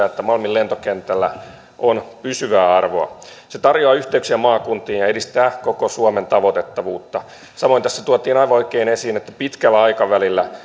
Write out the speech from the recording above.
että malmin lentokentällä on pysyvää arvoa se tarjoaa yhteyksiä maakuntiin ja edistää koko suomen tavoitettavuutta samoin tässä tuotiin aivan oikein esiin että pitkällä aikavälillä